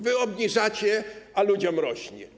Wy obniżacie, a ludziom rośnie.